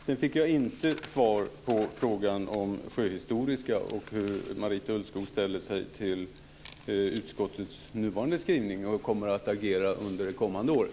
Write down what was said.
Sedan fick jag inte svar på frågan om Sjöhistoriska, hur Marita Ulvskog ställer sig till utskottets nuvarande skrivning och hur hon kommer att agera under det kommande året.